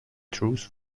truth